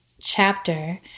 chapter